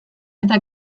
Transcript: eta